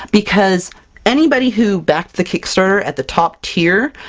because anybody who backed the kickstarter at the top tier,